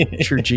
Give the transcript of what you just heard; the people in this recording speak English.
true